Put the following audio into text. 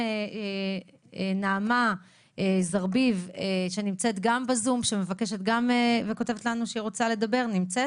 נעמה זרביב שנמצאת בזום מבקשת לדבר, בבקשה.